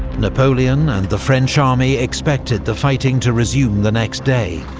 napoleon and the french army expected the fighting to resume the next day.